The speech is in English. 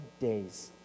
days